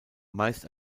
meist